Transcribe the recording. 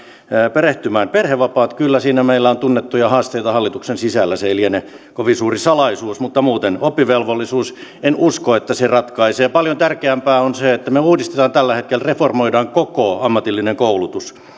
perehtymään perhevapaat kyllä siinä meillä on tunnettuja haasteita hallituksen sisällä se ei liene kovin suuri salaisuus oppivelvollisuus en usko että se ratkaisee paljon tärkeämpää on se että me uudistamme tällä hetkellä reformoimme koko ammatillisen koulutuksen